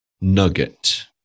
nugget